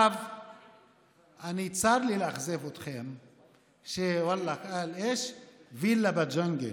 צר לי לאכזב אתכם, שוואללה, יש וילה בג'ונגל.